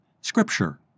Scripture